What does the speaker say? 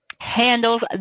handles